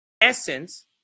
essence